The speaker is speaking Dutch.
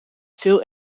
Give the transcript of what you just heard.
veel